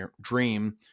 dream